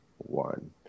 One